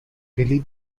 delete